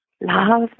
love